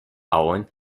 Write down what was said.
owen